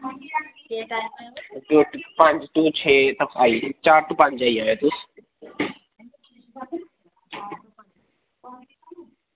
पंज टू छे चार टू पंज आई जाएओ तुस